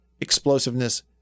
explosiveness